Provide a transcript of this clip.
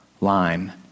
line